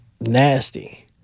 nasty